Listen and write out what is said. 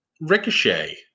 Ricochet